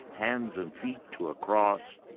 hands and feet to a cross,